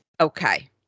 Okay